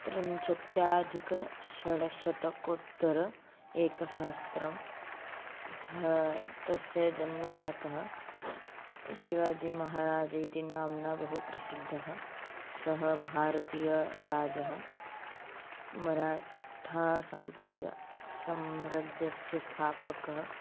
त्रिंशत्याधिकषड्शतोत्तर एकसहस्रं सः तस्य जन्म जातः शिवाजीमहाराज इति नाम्ना बहु प्रसिद्धः सः भारतीयराजः मराठीय सम्प्रज साम्म्राज्यस्य स्थापकः